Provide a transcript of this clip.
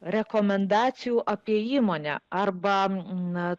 rekomendacijų apie įmonę arba na